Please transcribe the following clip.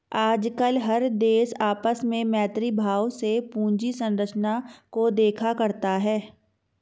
आजकल हर देश आपस में मैत्री भाव से पूंजी संरचना को देखा करता है